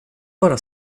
bara